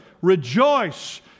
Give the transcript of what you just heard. Rejoice